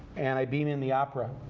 and i beam in the opera.